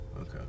Okay